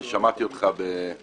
אני שמעתי אותך באריכות,